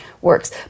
works